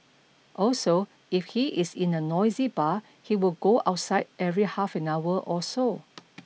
also if he is in a noisy bar he would go outside every half an hour or so